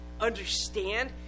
understand